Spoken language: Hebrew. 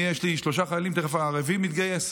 אני, יש לי שלושה חיילים, תכף הרביעי מתגייס.